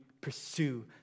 pursue